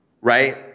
Right